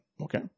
Okay